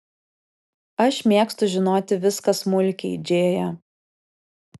aš mėgstu žinoti viską smulkiai džėja